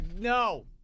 No